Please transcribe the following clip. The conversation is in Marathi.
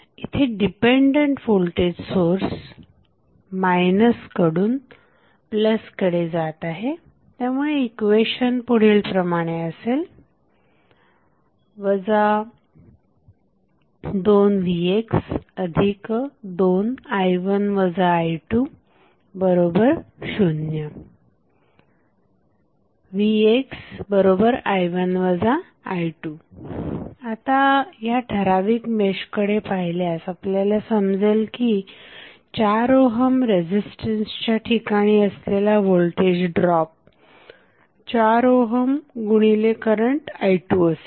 इथे डिपेंडंट व्होल्टेज सोर्स मायनसकडून प्लसकडे जात आहे त्यामुळे इक्वेशन पुढील प्रमाणे असेल 2vx2i1 i20⇒ vxi1 i2 आता ह्या ठराविक मेशकडे पाहिल्यास आपल्याला समजेल की 4 ओहम रेझिस्टन्सच्या ठिकाणी असलेला व्होल्टेज ड्रॉप 4 ओहम गुणिले करंट i2असेल